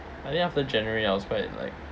I think after january I was quite like